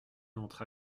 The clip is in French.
entre